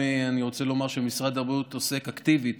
אני רוצה לומר גם שמשרד הבריאות עוסק אקטיבית